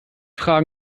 fragen